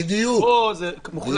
פה זה שליש פר כל אחד.